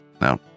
Now